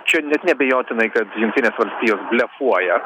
čia net neabejotinai kad jungtinės valstijos blefuoja